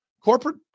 corporate